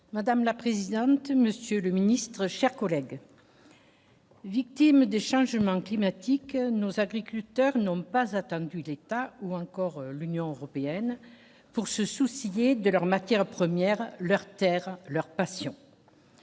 Madame la présidente, monsieur le ministre, chers collègues. Victimes des changements climatiques nos agriculteurs n'ont pas attendu l'État ou encore l'Union européenne pour se soucie guère de leurs matières premières, leurs Terres leur passion.